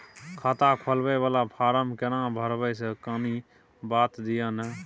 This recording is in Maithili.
खाता खोलैबय वाला फारम केना भरबै से कनी बात दिय न?